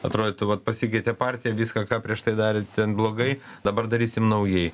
atrodytų vat pasikeitė partija viską ką prieš tai darė ten blogai dabar darysim naujai